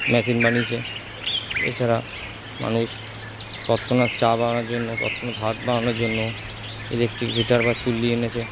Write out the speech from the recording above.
machine বানিয়েছে এছাড়া মানুষ তৎক্ষণাৎ চা বানানোর জন্য তৎক্ষণাৎ ভাত বানানোর জন্য ইলেকট্রিক হিটার বা চুল্লি এনেছে